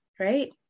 right